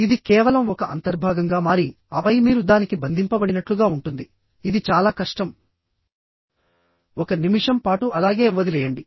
ఇది కేవలం ఒక అంతర్భాగంగా మారి ఆపై మీరు దానికి బంధింపబడినట్లుగా ఉంటుంది ఇది చాలా కష్టం ఒక నిమిషం పాటు అలాగే వదిలేయండి